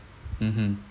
mmhmm